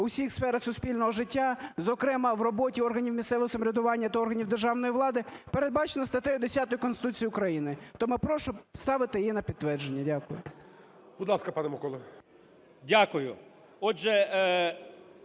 усіх сферах суспільного життя, зокрема, в роботі органів місцевого самоврядування та органів державної влади передбачено статтею 10 Конституції України. Тому прошу ставити її на підтвердження. Дякую. ГОЛОВУЮЧИЙ. Будь ласка, пане Микола.